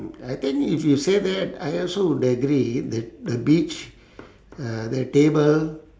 I think if you say that I also would agree that the beach uh the table